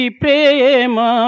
prema